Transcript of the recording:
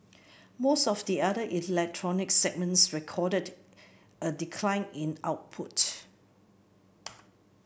most of the other electronic segments recorded a decline in output